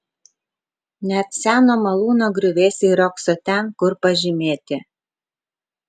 net seno malūno griuvėsiai riogso ten kur pažymėti